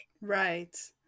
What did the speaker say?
Right